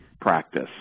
practice